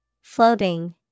Floating